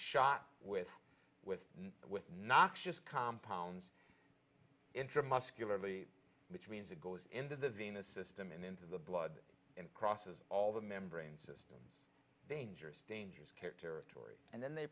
shot with with with noxious compounds interim muscularly which means it goes into the venous system and into the blood and crosses all the membrane system dangerous dangerous character tory and then they